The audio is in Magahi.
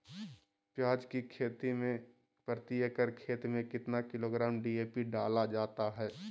प्याज की खेती में प्रति एकड़ खेत में कितना किलोग्राम डी.ए.पी डाला जाता है?